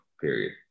period